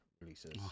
releases